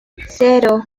cero